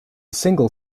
single